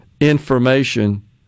information